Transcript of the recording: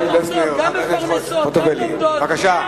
כן, בבקשה.